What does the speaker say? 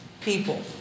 people